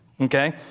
Okay